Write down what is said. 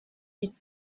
huit